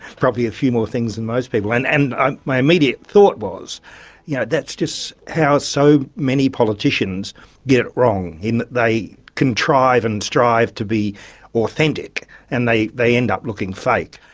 probably a few more things than most people, and and ah my immediate thought was yeah that's just how so many politicians get it wrong, in that they contrive and strive to be authentic and they they end up looking fake.